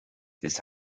this